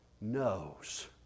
knows